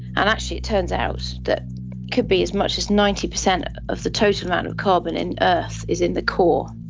and actually it turns out that could be as much as ninety percent of the total amount of carbon in earth is in the core,